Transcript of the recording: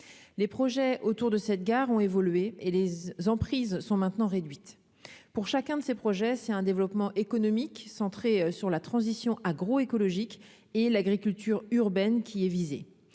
les projets autour de cette gare ont évolué et les emprises sont maintenant réduite pour chacun de ces projets, c'est un développement économique sur la transition agroécologique et l'agriculture urbaine qui est visé,